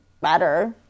better